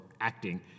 acting